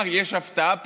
מה, יש הפתעה פתאום?